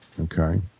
Okay